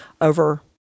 over